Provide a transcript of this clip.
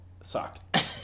sucked